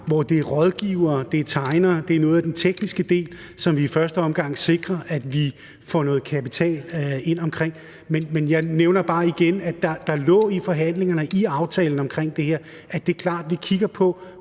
hvor det er til rådgivere, til tegnere, til noget af den tekniske del, at vi i første omgang sikrer noget kapital. Men jeg nævner bare igen, at der lå i forhandlingerne, i aftalen om det her, at det er klart, at vi kigger på,